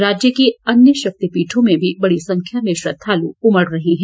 राज्य के अन्य शक्तिपीठों में मी बड़ी संख्या में श्रद्वालु उमड़ रहे हैं